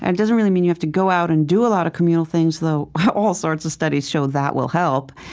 and doesn't really mean you have to go out and do a lot of communal things, though all sorts of studies show that will help.